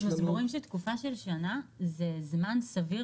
אנחנו סבורים שתקופה של שנה זה זמן סביר